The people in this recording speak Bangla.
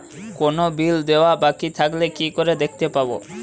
কোনো বিল দেওয়া বাকী থাকলে কি করে দেখতে পাবো?